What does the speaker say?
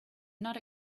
not